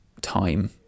time